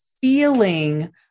feeling